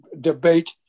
debate